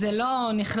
זה לא נכלל,